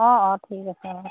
অঁ অঁ ঠিক আছে অঁ